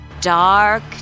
dark